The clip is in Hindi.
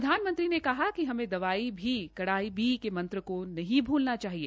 प्रधानमंत्री ने कहा कि हमे दवाई भी कड़ाई भी के मंत्र को नहीं भूलना चाहिए